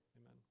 Amen